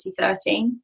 2013